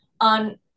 on